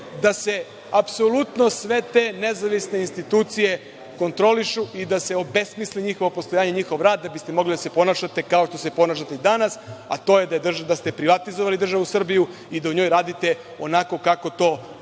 da se apsolutno sve te nezavisne institucije kontrolišu i da se obesmisli njihovo postojanje, njihov rad, da biste mogli da se ponašate kao što se ponašate i danas, a to je da ste privatizovali državu Srbiju i da u njoj radite onako kako godi